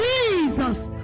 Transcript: Jesus